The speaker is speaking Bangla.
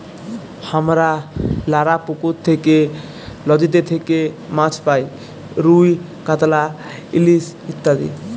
হামরা লালা পুকুর থেক্যে, লদীতে থেক্যে মাছ পাই রুই, কাতলা, ইলিশ ইত্যাদি